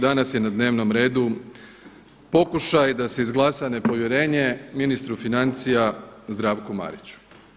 Danas je na dnevnom redu pokušaj da se izglasa nepovjerenje ministru financija Zdravku Mariću.